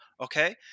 okay